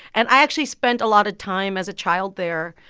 and i actually spent a lot of time as a child there.